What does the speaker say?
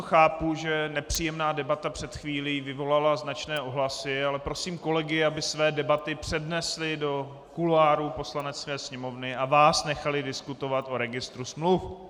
Chápu, že nepříjemná debata před chvílí vyvolala značné ohlasy, ale prosím kolegy, aby své debaty přenesli do kuloárů Poslanecké sněmovny a vás nechali diskutovat o registru smluv.